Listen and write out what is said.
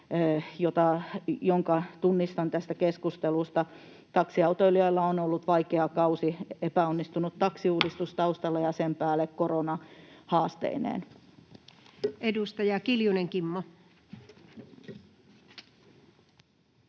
jonka tunnistan tästä keskustelusta. Taksiautoilijoilla on ollut vaikea kausi, epäonnistunut taksiuudistus taustalla ja sen päälle